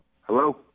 Hello